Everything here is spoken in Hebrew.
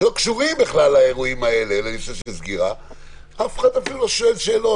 שלא קשורים בכלל לנושא הסגירה אף אחד אפילו לא שואל שאלות.